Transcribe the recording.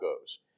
goes